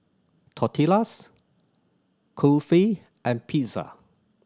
Tortillas Kulfi and Pizza